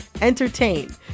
entertain